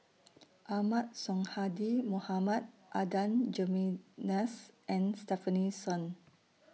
Ahmad Sonhadji Mohamad Adan Jimenez and Stefanie Sun